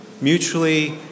mutually